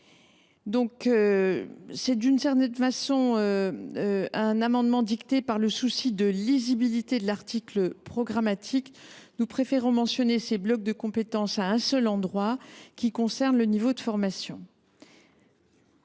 enjeux de leur métier. Cet amendement est dicté par le souci de lisibilité de l’article programmatique. Nous préférons mentionner ces blocs de compétences à un seul endroit, qui concerne le niveau de formation.